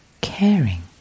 caring